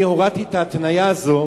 אני הורדתי את ההתניה הזאת,